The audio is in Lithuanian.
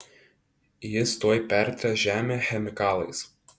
jis tuoj pertręš žemę chemikalais